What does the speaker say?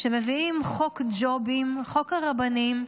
כשמביאים חוק ג'ובים, חוק הרבנים,